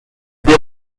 dès